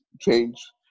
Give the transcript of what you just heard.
change